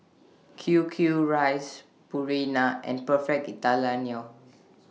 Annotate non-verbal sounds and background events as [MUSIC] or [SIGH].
Q Q Rice Purina and Perfect Italiano [NOISE]